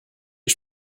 que